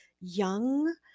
young